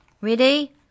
Ready